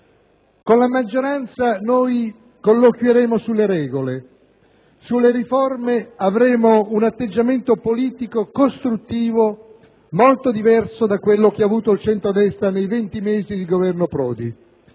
Con la maggioranza colloquieremo sulle regole; sulle riforme avremo un atteggiamento politico costruttivo, molto diverso da quello che ha avuto il centrodestra nei 20 mesi di governo Prodi: